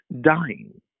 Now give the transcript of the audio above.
dying